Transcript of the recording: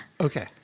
Okay